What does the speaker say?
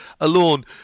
alone